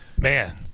Man